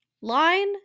line